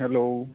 hello